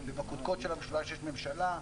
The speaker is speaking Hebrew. ובקדקוד של המשולש יש ממשלה.